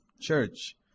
church